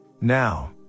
Now